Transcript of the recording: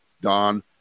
Don